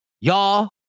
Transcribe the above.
y'all